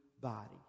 body